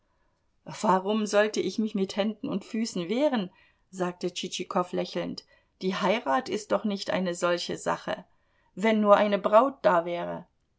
warum sollte ich mich mit händen und füßen wehren sagte tschitschikow lächelnd die heirat ist doch nicht eine solche sache wenn nur eine braut da wäre